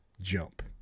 jump